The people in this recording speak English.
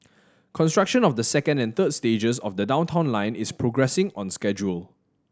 construction of the second and third stages of the Downtown Line is progressing on schedule